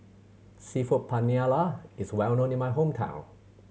Seafood Paella is well known in my hometown